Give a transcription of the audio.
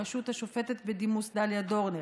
בראשות השופטת בדימוס דליה דורנר,